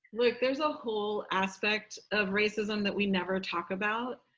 like there's a whole aspect of racism that we never talk about,